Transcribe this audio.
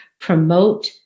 promote